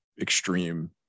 extreme